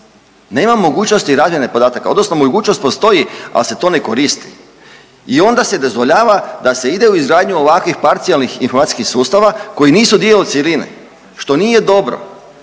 Nema mogućnosti razmjene podataka odnosno mogućnost postoji ali se to ne koristi. I onda se dozvoljava da se ide u izgradnju ovakvih parcijalnih informacijskih sustava koji nisu dio cjeline, što nije dobro.